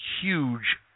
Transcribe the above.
huge